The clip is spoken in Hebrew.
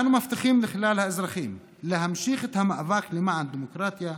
אנו מבטיחים לכלל האזרחים להמשיך את המאבק למען הדמוקרטיה,